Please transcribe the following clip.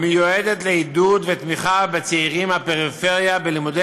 המיועדת לעידוד ותמיכה בצעירים מהפריפריה בלימודי